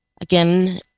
Again